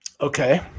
Okay